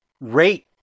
rate